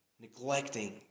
neglecting